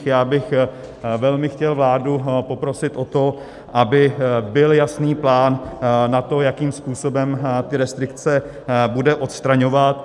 Já bych velmi chtěl vládu poprosit o to, aby byl jasný plán na to, jakým způsobem restrikce bude odstraňovat.